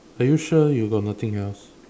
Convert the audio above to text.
are you sure you got nothing else